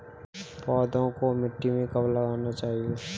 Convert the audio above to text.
पौधों को मिट्टी में कब लगाना चाहिए?